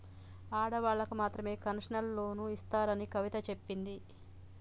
ఆడవాళ్ళకు మాత్రమే కన్సెషనల్ లోన్లు ఇస్తున్నారని కవిత చెప్పింది